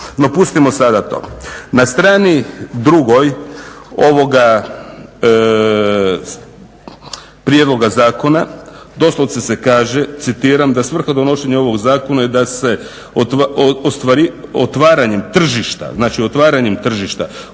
No pustimo sada to. Na strani 2. ovoga prijedloga zakona doslovce se kaže citiram, "da svrha donošenja ovog zakona je da se otvaranjem tržišta u području